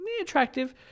attractive